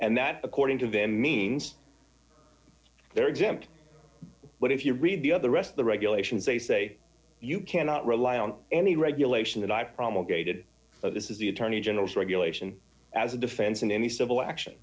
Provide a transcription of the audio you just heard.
and that according to them means they're exempt but if you read the other rest of the regulations they say you cannot rely on any regulation that i promulgated this is the attorney general is regulation as a defense in any civil action